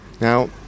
Now